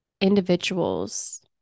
individuals